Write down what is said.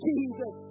Jesus